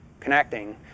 connecting